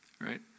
right